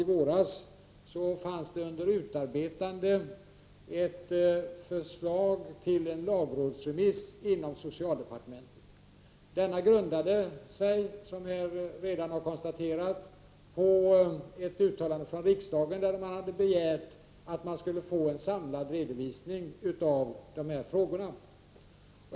I våras fanns det inom socialdepartementet ett förslag till lagrådsremiss under utarbetande. Detta förslag grundade sig på, som här redan har konstaterats, ett uttalande från riksdagen med begäran om en samlad redovisning av dessa frågor.